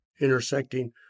intersecting